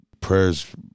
prayers